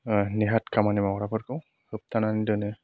नेहाद खामानि मावग्राफोरखौ होब्थानानै दोनो